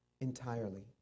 entirely